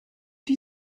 die